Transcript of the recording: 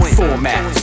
format